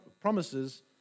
promises